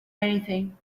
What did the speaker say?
anything